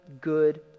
good